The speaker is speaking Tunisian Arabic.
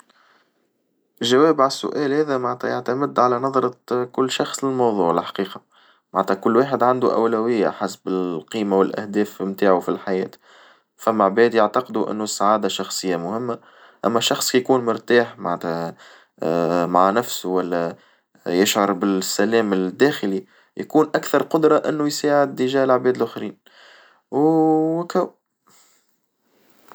جواب عالسؤال هذا معنتها يعتمد على نظرة كل شخص للموضوع الحقيقة معنتها كل واحد عندو أولوية حسب القيمة والأهداف متاعو في الحياة، فما عباد يعتقدو إنو السعادة الشخصية مهمة، أما شخص يكون مرتاح معناتها مع نفسه والا يشعر بالسلام الداخلي يكون أكثر قدرة إنه يساعد تجاه العباد الآخرين وكو.